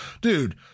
dude